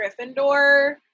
Gryffindor